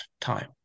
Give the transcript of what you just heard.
time